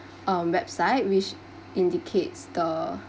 um website which indicates the